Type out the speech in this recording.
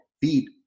feed